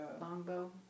Longbow